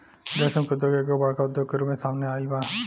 रेशम के उद्योग एगो बड़का उद्योग के रूप में सामने आइल बा